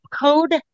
code